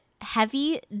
heavy